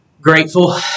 grateful